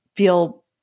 feel